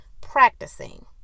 practicing